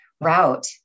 route